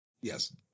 Yes